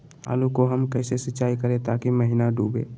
आलू को हम कैसे सिंचाई करे ताकी महिना डूबे?